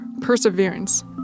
perseverance